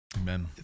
amen